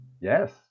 yes